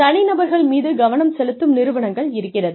தனிநபர்கள் மீது கவனம் செலுத்தும் நிறுவனங்கள் இருக்கிறது